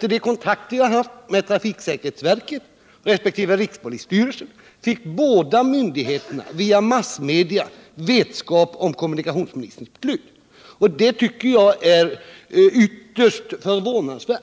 de kontakter jag haft med trafiksäkerhetsverket resp. rikspolisstyrelsen fick båda myndigheterna vetskap om kommunikationsministerns beslut via massmedia, och det tycker jag är ytterst förvånansvärt.